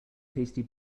tasty